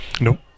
Nope